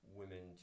women